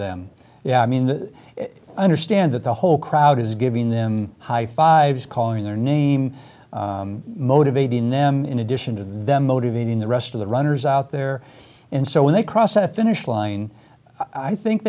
them yeah i mean understand that the whole crowd is giving them high fives calling their name motivating them in addition to them motivating the rest of the runners out there and so when they cross the finish line i think